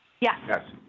Yes